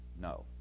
No